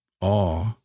Awe